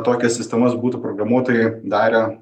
tokias sistemas būtų programuotojai darę